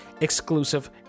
exclusive